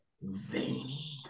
Veiny